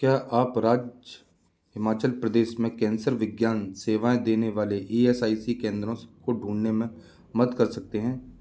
क्या आप राज्य हिमाचल प्रदेश में कैंसर विज्ञान सेवाएँ देने वाले ई एस आई सी केंद्रों को ढूँढने में मदद कर सकते हैं